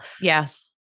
Yes